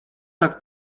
tak